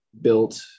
built